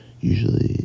Usually